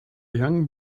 young